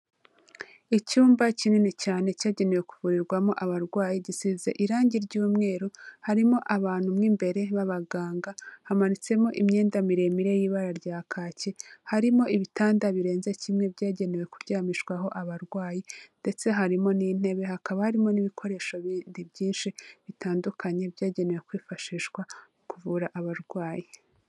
Icyumba kinini cyane cyagenewe kuvurirwamo abarwayi gisize irangi ry'umweru, harimo abantu mo imbere b'abaganga, hamanitsemo imyenda miremire y'ibara rya kaki, harimo ibitanda birenze kimwe byagenewe kuryamishwaho abarwayi, ndetse harimo n'intebe hakaba harimo n'ibikoresho bindi byinshi bitandukanye, byagenewe kwifashishwa mu kuvura abarwayi.